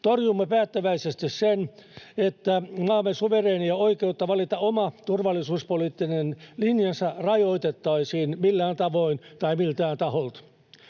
Torjumme päättäväisesti sen, että maamme suvereenia oikeutta valita oma turvallisuuspoliittinen linjansa rajoitettaisiin millään tavoin tai miltään taholta.